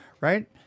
right